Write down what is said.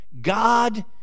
God